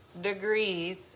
degrees